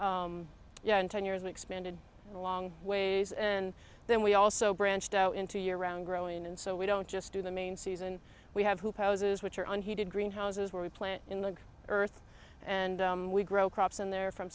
so yeah in ten years we expanded a long ways and then we also branched out into year round growing and so we don't just do the main season we have who poses which are unheated greenhouses where we plant in the earth and we grow crops in there from